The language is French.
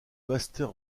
master